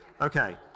Okay